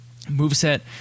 moveset